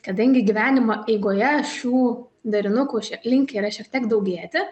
kadangi gyvenimo eigoje šių derinukų linkę yra šiek tiek daugėti